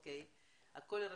כמו שאתם מבינים, הכול רשום.